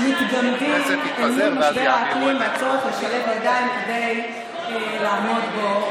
מתגמדים אל מול משבר האקלים והצורך לשלב ידיים כדי לעמוד בו